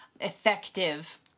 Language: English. Effective